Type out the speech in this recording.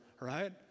right